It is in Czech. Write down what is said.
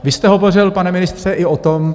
Vy jste hovořil, pane ministře, i o tom...